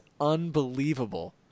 unbelievable